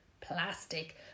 plastic